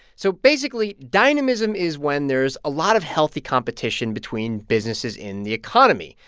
so basically, dynamism is when there's a lot of healthy competition between businesses in the economy.